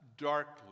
darkly